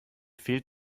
fehlt